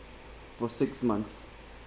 for six months